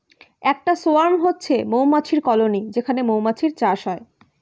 একটা সোয়ার্ম হচ্ছে মৌমাছির কলোনি যেখানে মৌমাছির চাষ হয়